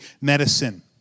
medicine